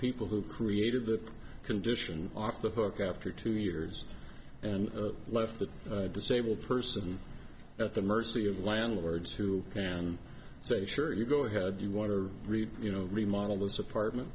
people who created the condition off the hook after two years and left the disabled person at the mercy of landlords who can say sure you go ahead you want to read you know remodel this apartment